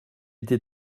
été